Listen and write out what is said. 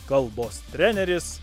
kalbos treneris